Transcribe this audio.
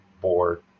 board